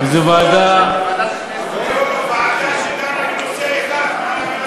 זאת ועדה שקמה לנושא אחד.